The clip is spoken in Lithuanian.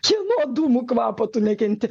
čia nuo dūmų kvapo tu nekenti